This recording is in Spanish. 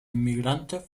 inmigrantes